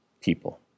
people